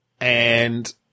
and-